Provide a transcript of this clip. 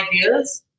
ideas